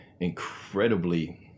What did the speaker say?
incredibly